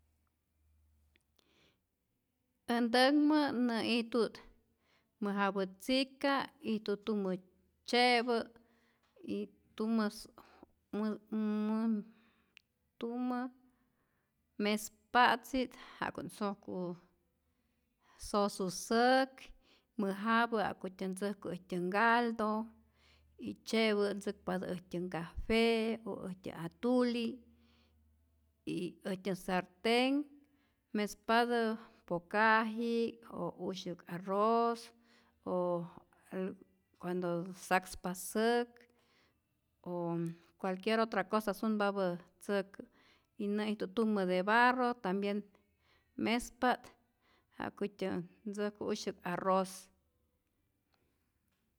Äj ntäkmä nä'ijtu't mäjapä tzika' ijtu tumä tzye'pä, ijtu tumä mä mä tumä mespa'tzi ja'ku't sosu sosu säk, mäjapä ja'kutyä ntzäjku äjtyä ngaldo y tzye'pä ntzäkpatä äjtyä ngafe o äjtyä atuli', y äjtyä sartenh mespatä pokaji'k, o usyäk arroz o o cuando't sakspa säk, o cualquier otra cosa sunpapä ntzäkä y nä'ijtu't tumä de barro tambien mespa't ja'kutyä ntzäjku usyäk arroz.